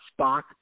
Spock